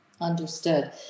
Understood